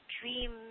dream